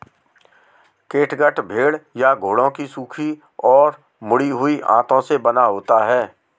catgut भेड़ या घोड़ों की सूखी और मुड़ी हुई आंतों से बना होता है